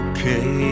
Okay